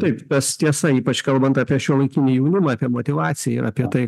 taip tas tiesa ypač kalbant apie šiuolaikinį jaunimą apie motyvaciją ir apie tai